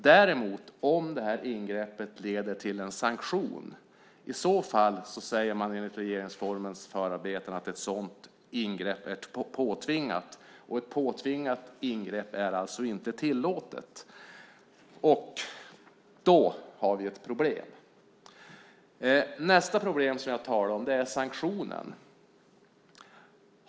Om ingreppet däremot leder till en sanktion säger man enligt regeringsformens förarbeten att ett sådant ingrepp är påtvingat. Ett påtvingat ingrepp är inte tillåtet. Då har vi ett problem. Nästa problem jag talar om är sanktionen.